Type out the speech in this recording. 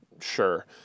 Sure